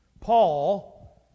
Paul